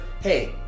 hey